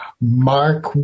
Mark